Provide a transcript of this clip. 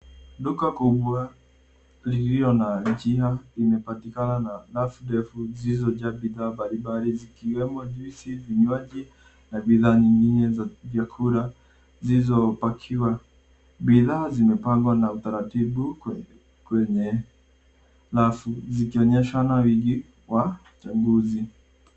Duka kubwa lililo na njia, imepatikana na rafu ndefu zilizojaa bidhaa mbalimbali zikiwemo juisi, vinywaji, na bidhaa nyingine za vyakula, zilizopakiwa. Bidhaa zimepangwa na utaratibu, kwenye rafu zikionyeshana wingi wa uchaguzi.